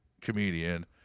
comedian